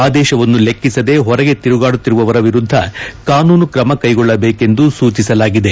ಆದೇಶವನ್ನು ಲೆಕ್ಕಿಸದೆ ಹೊರಗೆ ತಿರುಗಾಡುತ್ತಿರುವವರ ವಿರುದ್ದ ಕಾನೂನು ತ್ರಮ ಕೈಗೊಳ್ಳಬೇಕೆಂದು ಸೂಚಿಸಲಾಗಿದೆ